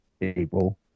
April